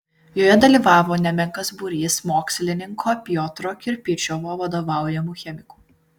joje dalyvavo nemenkas būrys mokslininko piotro kirpičiovo vadovaujamų chemikų